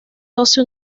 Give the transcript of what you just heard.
doce